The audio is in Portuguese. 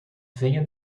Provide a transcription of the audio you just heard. venha